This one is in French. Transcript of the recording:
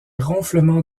ronflements